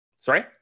Sorry